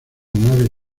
nave